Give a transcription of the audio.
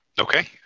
Okay